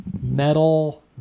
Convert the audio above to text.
metal